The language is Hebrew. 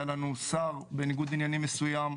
היה לנו שר בניגוד עניינים מסוים.